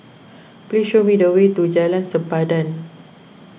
please show me the way to Jalan Sempadan